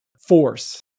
force